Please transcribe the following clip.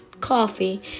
coffee